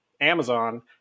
Amazon